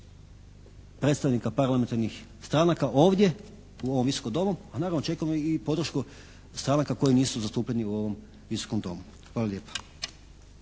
predstavnika parlamentarnih stranaka ovdje u ovom Visokom domu, a naravno očekujemo i podršku stranaka koji nisu zastupljeni u ovom Visokom domu. Hvala lijepa.